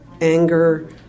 anger